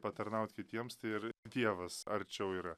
patarnaut kitiems tai ir dievas arčiau yra